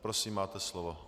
Prosím, máte slovo.